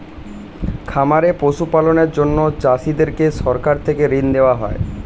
খামারে পশু পালনের জন্য চাষীদেরকে সরকার থেকে ঋণ দেওয়া হয়